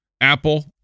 Apple